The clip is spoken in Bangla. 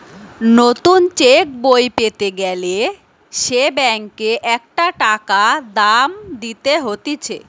নতুন চেক বই পেতে গ্যালে সে ব্যাংকে একটা টাকা দাম দিতে হতিছে